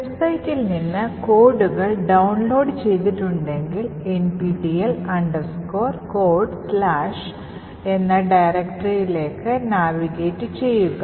വെബ്സൈറ്റിൽ നിന്ന് കോഡുകൾ download ചെയ്തിട്ടുണ്ടെങ്കിൽ NPTEL CODES എന്ന ഡയറക്ടറിയിലേക്ക് നാവിഗേറ്റു ചെയ്യുക